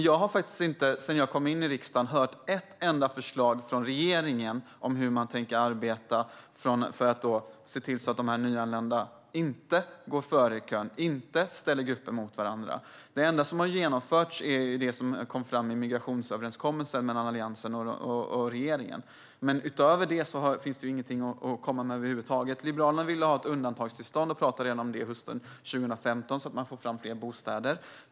Jag har inte sedan jag kom in i riksdagen hört ett enda förslag från regeringen om hur man tänker arbeta för att se till att de nyanlända inte går före i kön och att man inte ställer grupper mot varandra. Det enda som har genomförts är det som kom fram i migrationsöverenskommelsen mellan Alliansen och regeringen. Utöver det finns det ingenting att komma med över huvud taget. Liberalerna ville ha ett undantagstillstånd, och talade om det redan hösten 2015, så att man får fram fler bostäder.